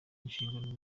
nshingano